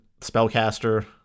spellcaster